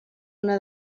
una